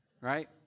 right